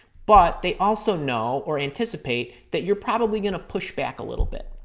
but they also know or anticipate that you're probably going to push back a little bit.